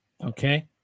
Okay